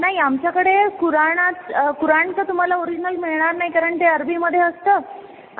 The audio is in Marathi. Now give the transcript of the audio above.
नाही आमच्याकडे कुराणात कुराण तर तुम्हाला ओरिजनल मिळणार नाही कारण ते अरबीमध्ये असतं